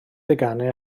deganau